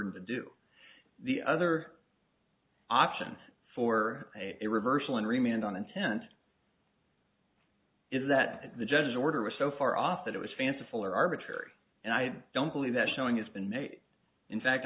to do the other option for a reversal and remained on intent is that the judge's order was so far off that it was fanciful or arbitrary and i don't believe that showing has been made in fact